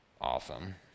awesome